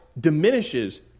diminishes